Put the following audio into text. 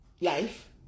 life